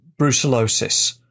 brucellosis